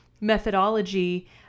methodology